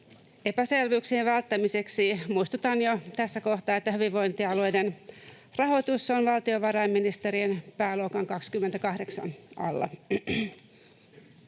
Epäselvyyksien välttämiseksi muistutan jo tässä kohtaa, että hyvinvointialueiden rahoitus on valtiovarainministeriön pääluokan 28 alla.